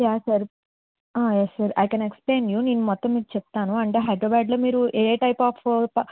yeah sir yes sir I can explain you మొత్తం మీకు చెప్తాను అంటే హైదరాబాద్ లో మీరు ఏ టైప్ ఆఫ్